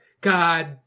God